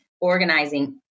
organizing